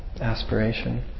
aspiration